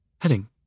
Heading